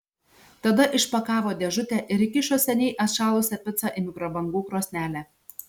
tada išpakavo dėžutę ir įkišo seniai atšalusią picą į mikrobangų krosnelę